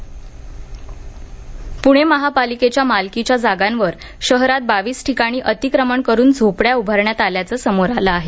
पणे महापालिका पुणे महापालिकेच्या मालकीच्या जागांवर शहरात बावीस ठिकाणी अतिक्रमण करून झोपड्या उभारण्यात आल्याचं समोर आलं आहे